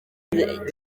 leta